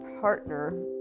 partner